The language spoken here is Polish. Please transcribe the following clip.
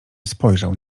spojrzał